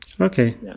Okay